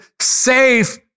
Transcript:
safe